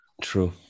True